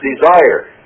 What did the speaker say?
desire